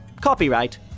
Copyright